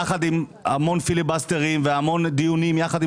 יחד עם המון פיליבסטרים והמון דיונים יחד עם